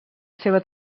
seva